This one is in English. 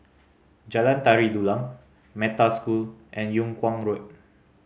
Jalan Tari Dulang Metta School and Yung Kuang Road